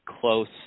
close